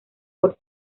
por